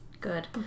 Good